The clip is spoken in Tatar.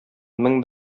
мең